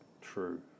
true